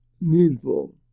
needful